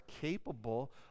capable